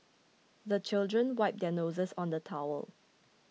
the children wipe their noses on the towel